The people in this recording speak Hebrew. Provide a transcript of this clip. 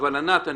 ענת ומוריס אני